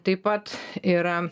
taip pat yra